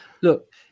look